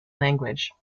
language